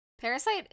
Parasite